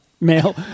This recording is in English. male